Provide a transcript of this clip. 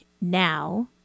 now